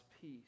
peace